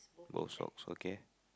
both socks okay